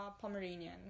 Pomeranian